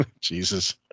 Jesus